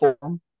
form